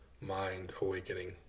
mind-awakening